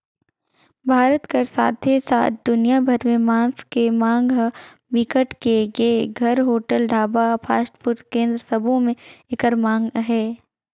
भारत कर साथे साथ दुनिया भर में मांस के मांग ह बिकट के हे, घर, होटल, ढाबा, फास्टफूड केन्द्र सबो में एकर मांग अहे